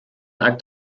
akt